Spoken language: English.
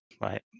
Right